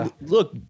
Look